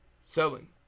selling